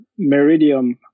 Meridium